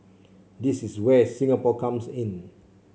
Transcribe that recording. this is where Singapore comes in